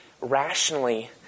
rationally